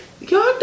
y'all